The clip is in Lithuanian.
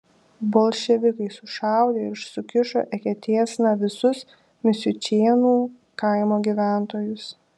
bolševikai sušaudė ir sukišo eketėsna visus misiučėnų kaimo gyventojus